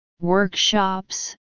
workshops